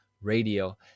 Radio